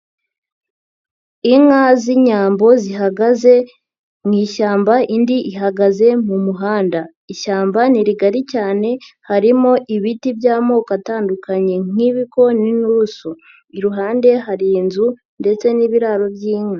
Inka z'Inyambo zihagaze mu ishyamba indi ihagaze mu muhanda, ishyamba ni rigari cyane harimo ibiti by'amoko atandukanye nk'ibigori n'inturusu, iruhande hari inzu ndetse n'ibiraro by'inka.